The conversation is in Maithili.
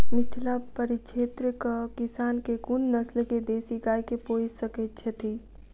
मिथिला परिक्षेत्रक किसान केँ कुन नस्ल केँ देसी गाय केँ पोइस सकैत छैथि?